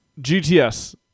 GTS